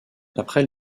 après